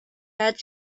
had